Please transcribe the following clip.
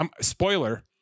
Spoiler